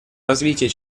развития